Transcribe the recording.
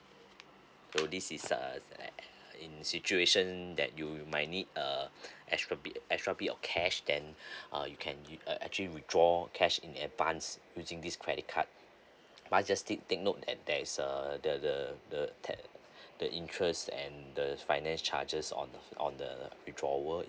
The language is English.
though this is uh in situation that you you might need err extra bit extra bit of cash then uh you can uh actually withdraw cash in advance using this credit card I just take take note that there is a the the the that the interests and the the finance charges on on the withdrawal